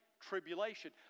tribulation